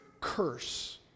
curse